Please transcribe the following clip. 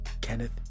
Kenneth